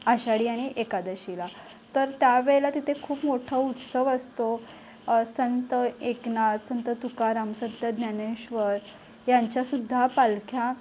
आषाढी आणि एकादशीला तर त्यावेळेला तिथे खूप मोठा उत्सव असतो संत एकनाथ संत तुकाराम संत ज्ञानेश्वर यांच्या सुद्धा पालख्या